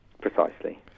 Precisely